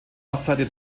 ostseite